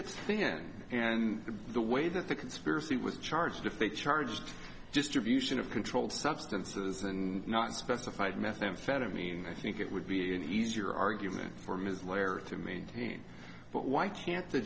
been and the way that the conspiracy was charged if they charged distribution of controlled substances and not specified methamphetamine i think it would be an easier argument for his lawyer to me but why can't the